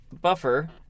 buffer